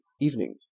evening